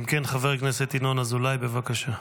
אם כן, חבר הכנסת ינון אזולאי, בבקשה.